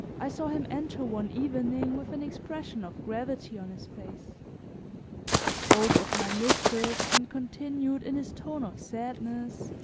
i saw him enter one evening with an expression of gravity on his face he spoke of my mistress and continued in his tone of sadness,